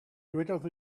dywedodd